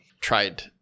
Tried